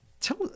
Tell